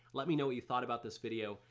let me know what you thought about this video.